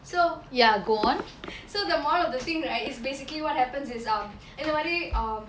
so so the moral of the scene right is basically what happens is um இந்தமாரி:inthamari um